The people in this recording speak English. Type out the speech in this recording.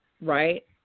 right